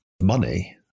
money